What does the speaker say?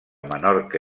menorca